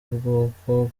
bwuko